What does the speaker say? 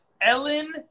Ellen